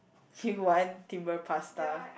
you want Timbre pasta